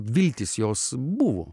viltys jos buvo